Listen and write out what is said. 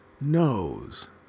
knows